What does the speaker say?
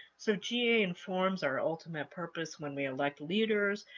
so ga informs our ultimate purpose when we elect leaders,